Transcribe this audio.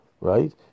right